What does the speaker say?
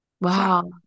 Wow